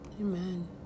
amen